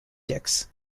dix